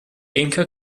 inca